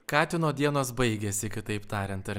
katino dienos baigėsi kitaip tariant ar